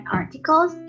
articles